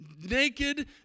naked